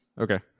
Okay